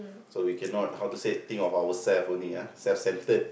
so we cannot how to say think of ourself only ah self-centered